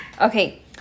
Okay